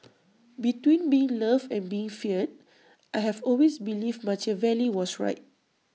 between being loved and being feared I have always believed Machiavelli was right